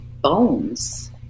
bones